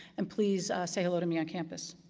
and please say hello to me on campus.